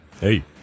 Hey